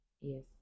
yes